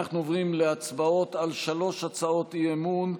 אנחנו עוברים להצבעות על שלוש הצעות האי-אמון.